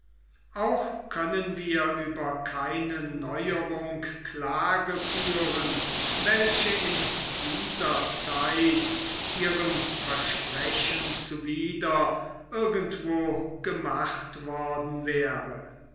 auch können wir über keine neuerung klage führen welche in dieser zeit ihrem versprechen zuwider irgendwo gemacht worden wäre